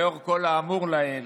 לאור כל האמור לעיל,